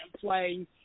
play